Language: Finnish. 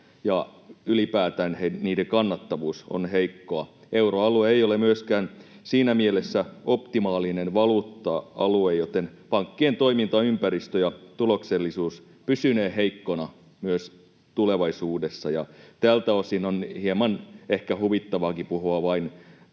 ja ylipäätään niiden kannattavuus on heikkoa. Euroalue ei ole myöskään siinä mielessä optimaalinen valuutta-alue, joten pankkien toimintaympäristö ja tuloksellisuus pysynevät heikkoina myös tulevaisuudessa. Tältä osin on hieman ehkä huvittavaakin vain